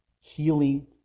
healing